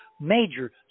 major